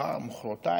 היום, מחר, מוחרתיים.